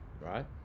right